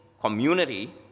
community